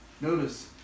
Notice